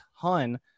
ton